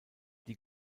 die